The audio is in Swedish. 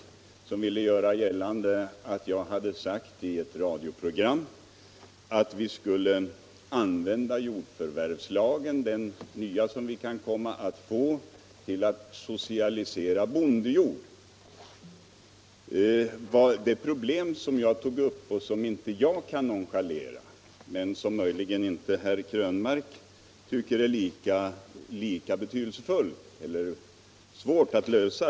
Herr Krönmark ville göra gällande att jag i ett radioprogram hade sagt att vi skulle använda den nya jordförvärvslag som vi kan komma fram till för att socialisera bondejord. Det var ett problem som jag tog upp och som jag inte kan nonchalera. Möjligen tycker inte herr Krönmark att problemet är lika angeläget att lösa.